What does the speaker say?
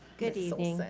good evening. miss